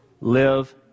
Live